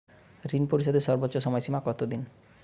ঋণ পরিশোধের সর্বোচ্চ সময় সীমা কত দিন?